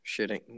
shitting